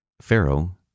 Pharaoh